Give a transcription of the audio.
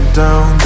down